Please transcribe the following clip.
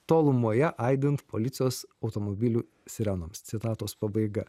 tolumoje aidint policijos automobilių sirenoms citatos pabaiga